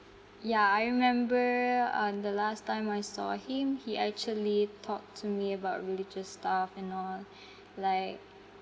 ya I remember on the last time I saw him he actually taught me about religious stuff and all like